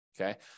Okay